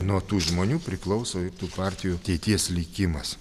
nuo tų žmonių priklauso ir tų partijų ateities likimas